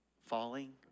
falling